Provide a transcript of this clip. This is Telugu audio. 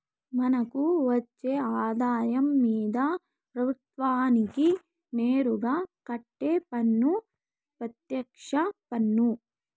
మనకు వచ్చే ఆదాయం మీద ప్రభుత్వానికి నేరుగా కట్టే పన్ను పెత్యక్ష పన్ను